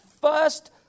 first